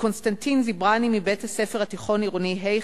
וקונסטנטין זברני מבית-הספר התיכון עירוני ה',